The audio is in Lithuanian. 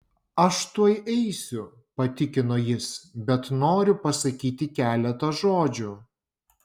aš tuoj eisiu patikino jis bet noriu pasakyti keletą žodžių